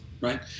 right